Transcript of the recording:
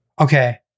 Okay